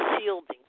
shielding